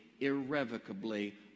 irrevocably